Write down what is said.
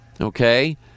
Okay